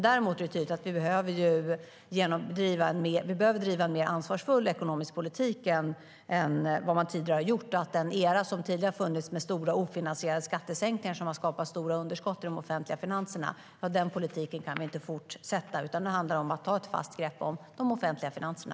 Däremot är det tydligt att vi behöver driva en mer ansvarsfull ekonomisk politik än vad man tidigare har gjort. Den tidigare politiska eran med stora ofinansierade skattesänkningar som har skapat stora underskott i de offentliga finanserna kan inte fortsätta. Nu handlar det om att ta ett fast grepp om de offentliga finanserna.